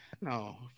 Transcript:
No